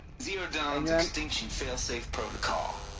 zero dawn's extinction failsafe protocol.